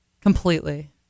Completely